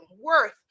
worth